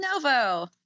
Novo